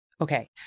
Okay